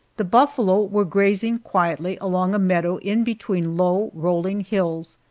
the buffalo were grazing quietly along a meadow in between low, rolling hills.